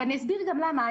אני אסביר גם למה.